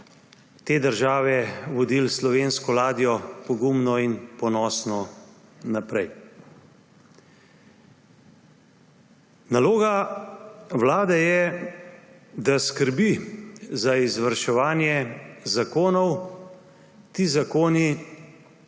te države vodil slovensko ladjo pogumno in ponosno naprej. Naloga vlade je, da skrbi za izvrševanje zakonov, ti zakoni